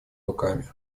руками